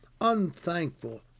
unthankful